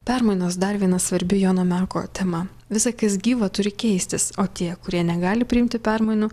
permainos dar viena svarbi jono meko tema visa kas gyva turi keistis o tie kurie negali priimti permainų